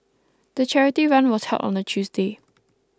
the charity run was held on a Tuesday